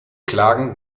klagen